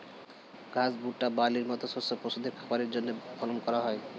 ঘাস, ভুট্টা, বার্লির মত শস্য পশুদের খাবারের জন্যে ফলন করা হয়